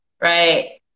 right